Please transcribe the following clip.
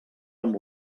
amb